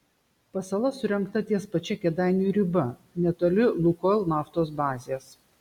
pasala surengta ties pačia kėdainių riba netoli lukoil naftos bazės